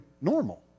normal